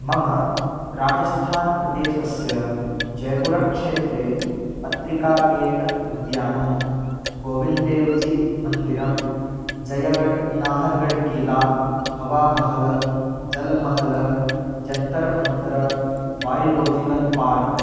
मम राजस्थानप्रदेशस्य जयपुरक्षेत्रे पत्रिकागेट् उद्यानं गोविन्ददेव्जिमन्दिरं जयगड् नाहर्गड् कीला हवावामहल् जलमहल् जन्तर्मन्तर् बाय्लोजिकल् पार्क्